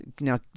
now